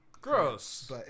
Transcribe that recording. gross